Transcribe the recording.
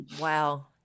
Wow